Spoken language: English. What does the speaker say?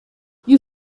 you